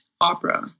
opera